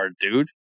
dude